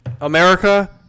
America